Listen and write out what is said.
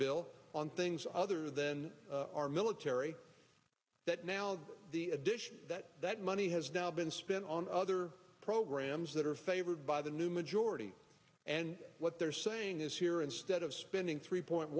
bill on things other than our military that now the addition that that money has now been spent on other programs that are favored by the new majority and what they're saying is here instead of spending three point